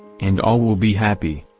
and all will be happy,